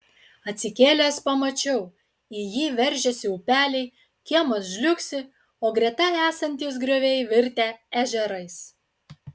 atsikėlęs pamačiau į jį veržiasi upeliai kiemas žliugsi o greta esantys grioviai virtę ežerais